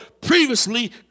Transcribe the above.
previously